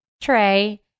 tray